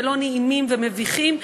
לא נעימים ומביכים,